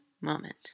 moment